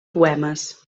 poemes